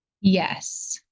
Yes